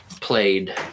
played